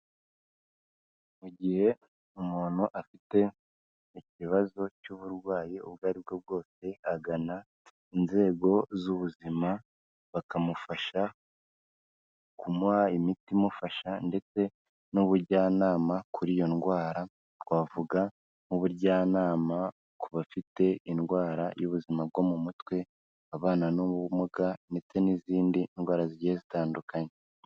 Mu gihe umuntu afite ikibazo cy'uburwayi ubwo ari bwo bwose, agana inzego z'ubuzima bakamufasha kumuha imiti imufasha ndetse n'ubujyanama kuri iyo ndwara, twavuga nk'ubujyanama ku bafite indwara y'ubuzima bwo mu mutwe, abana n'ubumuga ndetse n'izindi ndwara zigiye zitandukanye.